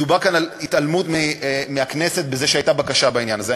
מדובר כאן על התעלמות מהכנסת בזה שהייתה בקשה בעניין הזה.